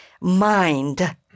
mind